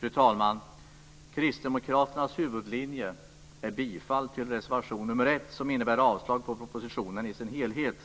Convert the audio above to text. Fru talman! Kristdemokraternas huvudlinje är bifall till reservation 1, som innebär avslag till propositionen i dess helhet.